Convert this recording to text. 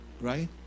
right